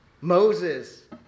Moses